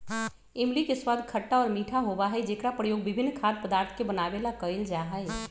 इमली के स्वाद खट्टा और मीठा होबा हई जेकरा प्रयोग विभिन्न खाद्य पदार्थ के बनावे ला कइल जाहई